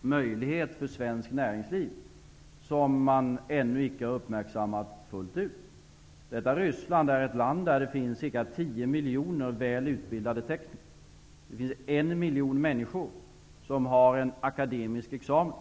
möjlighet för svenskt näringsliv, som ännu inte har uppmärksammats fullt ut. Detta Ryssland är ett land där det finns cirka tio miljoner väl utbildade tekniker. Det finns en miljon människor som har en akademisk examen.